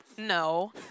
No